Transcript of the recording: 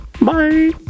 Bye